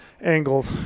Angled